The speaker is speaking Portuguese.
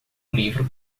livro